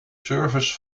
service